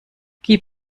gib